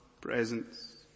presence